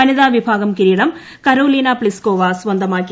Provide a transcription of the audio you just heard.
വനിതാ വിഭാഗം കിരീടം കരോലീന പ്തിസ്കോവ സ്ത്രിമാക്കി